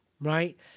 Right